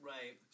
Right